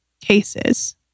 cases